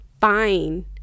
fine